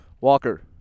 Walker